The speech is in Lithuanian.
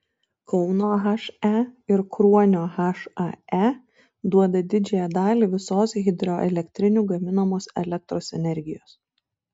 kauno he ir kruonio hae duoda didžiąją dalį visos hidroelektrinių gaminamos elektros energijos